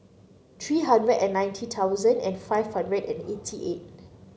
three hundred and ninety thousand and five hundred and eighty eight